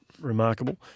remarkable